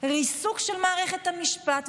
ריסוק של מערכת המשפט.